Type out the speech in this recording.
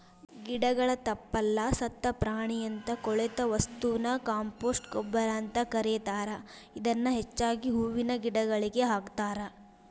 ಗಿಡಗಳ ತಪ್ಪಲ, ಸತ್ತ ಪ್ರಾಣಿಯಂತ ಕೊಳೆತ ವಸ್ತುನ ಕಾಂಪೋಸ್ಟ್ ಗೊಬ್ಬರ ಅಂತ ಕರೇತಾರ, ಇದನ್ನ ಹೆಚ್ಚಾಗಿ ಹೂವಿನ ಗಿಡಗಳಿಗೆ ಹಾಕ್ತಾರ